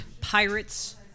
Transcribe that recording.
pirates